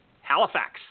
Halifax